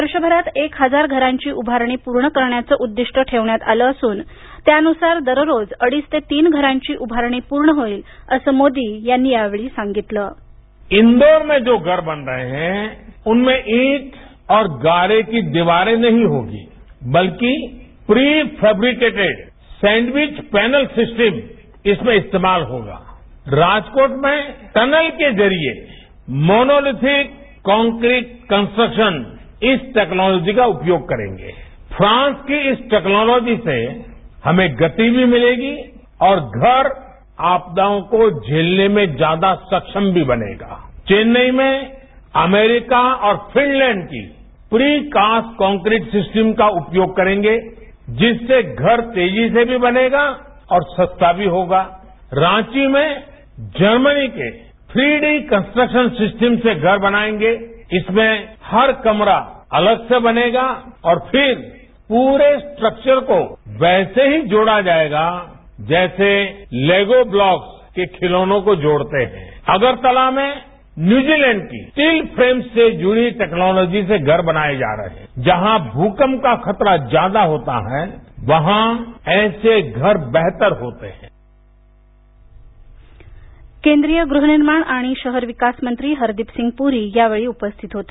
वर्षभरात एक हजार घरांची उभारणी पूर्ण करण्याचं उद्दिष्ट्य ठेवण्यात आलं असून त्यानुसार दररोज अडीच ते तीन घरांची उभारणी पूर्ण होईल असं मोदी यांनी यावेळी सांगितलं ध्वनी इंदौर में जो घर बन रहे हैं उनमें ईट और गारे की दीवारें नहीं होगी बल्कि prefabricated sandwich panel system इसमें इस्तेमाल होगा राजकोट में टनल के जरिये मोनोलिथिक कॉन्क्रीट कन्सट्रक्शन इस टेक्नोलॉजी का उपयोग करेंगे फ्रांस की इस टेक्नोलॉजी से हमें गति भी मिलेगी और घर आपदाओं को झेलने में ज्यादा सक्षम भी बनेगा चेन्नई में अमेरिका और फिनलैंड की प्री कास्ट कॉन्क्रीट सिस्टम का उपयोग करेंगे जिससे घर तेजी से भी बनेगा और सस्ता भी होगा रांची में जर्मनी के थ्री डी कन्सट्रक्शन सिस्टम से घर बनाएंगे इसमें हर कमरा अलग से बनेगा और फिर पूरे स्ट्रक्चर को वैसे ही जोड़ा जाएगा जैसे लेगो ब्लॉक्स के खिलौनों को जोड़ते हैं अगरतला में न्यूजीलैंड की स्टील फ्रेम से जुड़ी टेक्नोलॉजी से घर बनाए जा रहे हैं जहां भूकंप का खतरा ज्यादा होता है वहां ऐसे घर बेहतर होते हैं केंद्रीय गृहनिर्माण आणि शहर विकास मंत्री हरदीपसिंग पुरी यावेळी उपस्थित होते